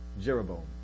Jeroboam